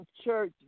church